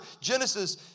Genesis